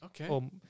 Okay